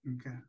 Okay